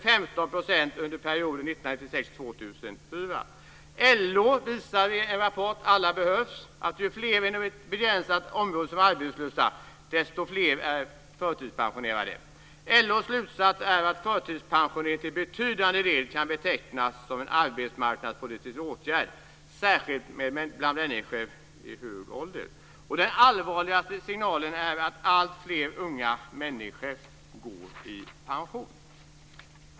LO visar i rapporten Alla behövs att ju fler inom ett begränsat område som är arbetslösa, desto fler är det som är förtidspensionerade. LO:s slutsats är att förtidspensionering till betydande del kan betecknas som en arbetsmarknadspolitisk åtgärd, särskilt bland människor i hög ålder. Den allvarligaste signalen är att alltfler unga människor går i pension.